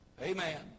Amen